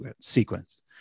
sequence